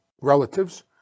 relatives